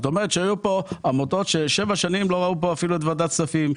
היו אז עמותות שבמשך שבע שנים לא ראו אפילו את ועדת הכספים.